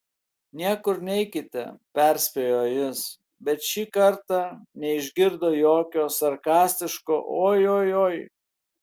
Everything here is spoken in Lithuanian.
niekur neikite perspėjo jis bet šį kartą neišgirdo jokio sarkastiško ojojoi